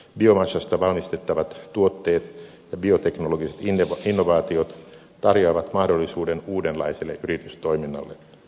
biomassasta valmistettavat tuotteet ja bioteknologiset innovaatiot tarjoavat mahdollisuuden uudenlaiselle yritystoiminnalle